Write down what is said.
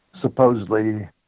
supposedly